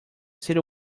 city